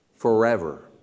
forever